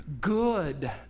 good